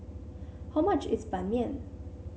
how much is Ban Mian